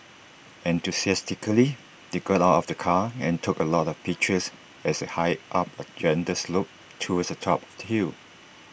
enthusiastically they got out of the car and took A lot of pictures as they hiked up A gentle slope towards the top of hill